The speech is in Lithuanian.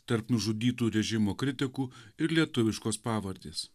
tarp nužudytų režimo kritikų ir lietuviškos pavardės